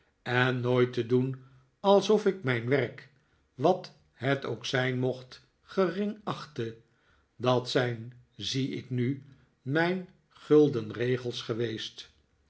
en nooit te doen alsof ik mijn werk wat het ook zijn mocht gering achtte dat zijn zie ik nu mijn gulden regels geweest